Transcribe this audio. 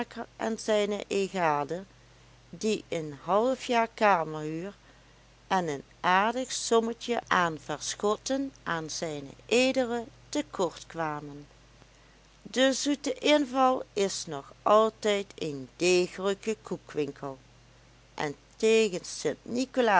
en zijne eegade die een halfjaar kamerhuur en een aardig sommetje aan verschotten aan zed te kort kwamen de zoete inval is nog altijd een degelijke koekwinkel en tegen